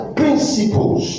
principles